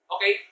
Okay